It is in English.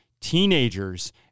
teenagers